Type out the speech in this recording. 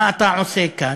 מה אתה עושה כאן?